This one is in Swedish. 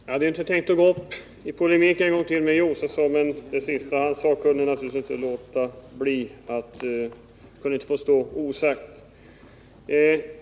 Herr talman! Jag hade inte tänkt gå i polemik med Stig Josefson ytterligare en gång, men det sista han sade kan jag naturligtvis inte låta stå oemotsagt.